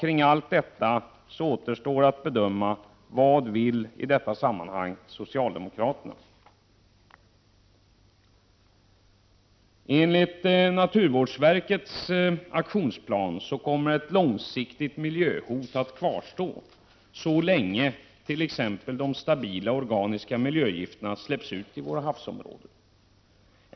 Det återstår att bedöma vad socialdemokraterna i detta sammanhang vill. Enligt naturvårdsverkets aktionsplan kommer ett långsiktigt miljöhot att kvarstå så länge t.ex. de stabila organiska miljögifterna släpps ut i våra havsområden.